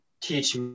teach